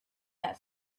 that